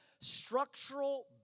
structural